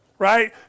right